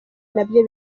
nabyo